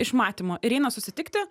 iš matymo ir eina susitikti